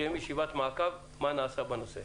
שבו נבדוק מה נעשה בנושא.